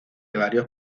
varios